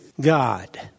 God